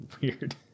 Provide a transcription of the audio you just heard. weird